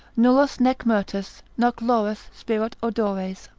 nullos nec myrtus, noc laurus spirat odores.